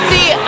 See